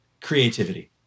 creativity